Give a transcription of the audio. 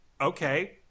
okay